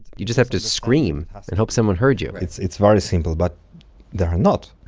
you just have to scream and hope someone heard you it's it's very simple, but there are not